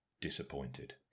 disappointed